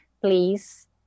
Please